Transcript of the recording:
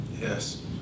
Yes